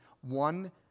One